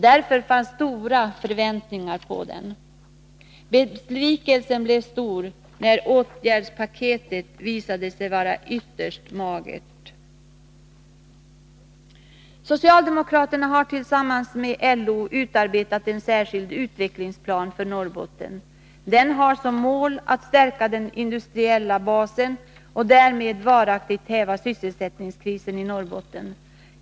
Därför fanns det stora förväntningar på det. Besvikelsen blev stor när åtgärdspaketet visade sig vara ytterst magert. Socialdemokraterna har tillsammans med LO utarbetat en särskild utvecklingsplan för Norrbotten. Den har som mål att stärka den industriella basen och därmed varaktigt häva sysselsättningskrisen i Norrbotten.